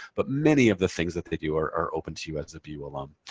but many of the things that they do are are open to you as a bu alum.